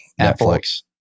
Netflix